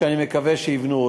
שאני מקווה שיבנו.